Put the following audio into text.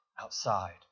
outside